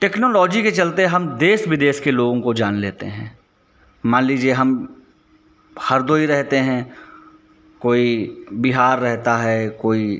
technology के चलते हम देश विदेश के लोगों को जान लेते हैं मान लीजिए हम हरदोई रहते हैं कोई बिहार रहता है कोई